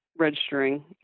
registering